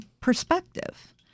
perspective